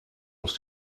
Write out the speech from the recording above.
els